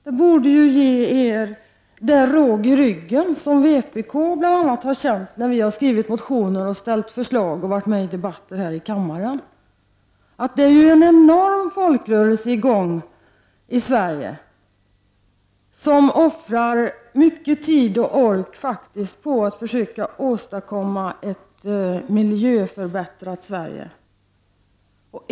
Det borde ge er den råg i ryggen som vänsterpartiet bl.a. har känt när vi har skrivit motionen, framlagt förslag och debatterat här i riksdagen, att det är en enorm folkrörelse i gång i Sverige som offrar mycken tid och ork för att försöka åstadkomma ett miljöförbättrat Sverige.